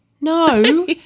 No